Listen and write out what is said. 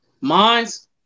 Mines